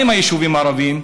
מה עם היישובים הערביים?